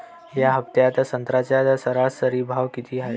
या हफ्त्यात संत्र्याचा सरासरी भाव किती हाये?